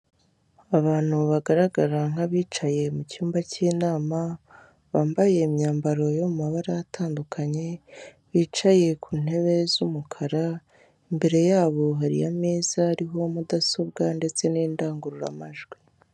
Abantu bagaragara nk'abicaye mu cyumba cy'inama, bambaye imyambaro yo mu mabara atandukanye, bicaye ku ntebe z'umukara, imbere yabo hari ameza ariho mudasobwa ndetse n'indangururamajwi.